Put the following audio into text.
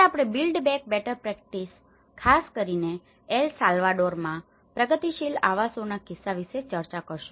આજે આપણે build back better practice ખાસ કરીને એલ સાલ્વાડોરમાં પ્રગતિશીલ આવાસોના કિસ્સા વિશે ચર્ચા કરીશું